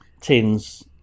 tins